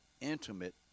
intimate